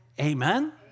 Amen